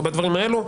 או בדברים האלה,